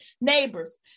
neighbors